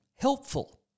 helpful